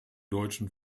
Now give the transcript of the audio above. deutschen